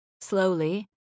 Slowly